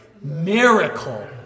miracle